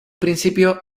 principio